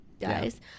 Guys